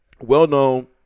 well-known